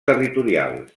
territorials